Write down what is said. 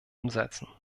umsetzen